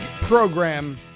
program